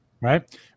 Right